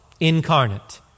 incarnate